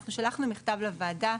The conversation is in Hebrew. אנחנו שלחנו מכתב לוועדה,